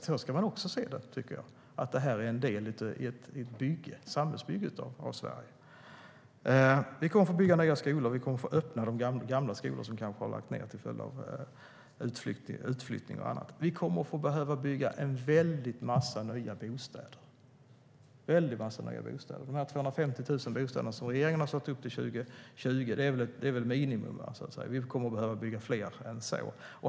Så tycker jag också att man ska se det, alltså att detta är en del i ett samhällsbygge av Sverige. Vi kommer också att behöva bygga en väldig massa nya bostäder. De 250 000 bostäder som regeringen har sagt ska tillkomma till 2020 är ett minimum. Vi kommer att bygga fler än så.